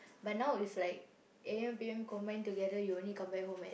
but now it's like A_M P_M combine together you only come back home at